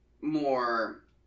more